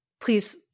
please